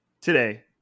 today